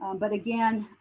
um but again,